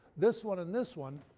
this one and this one,